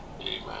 Amen